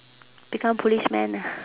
become policeman ah